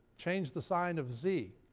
change the sign of z.